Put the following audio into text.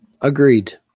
Agreed